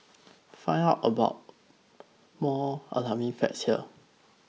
find out more alarming facts here